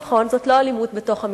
נכון, זו לא אלימות בתוך המשפחה,